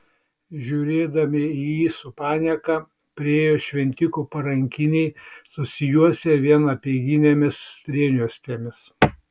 žiūrėdami į jį su panieka priėjo šventikų parankiniai susijuosę vien apeiginėmis strėnjuostėmis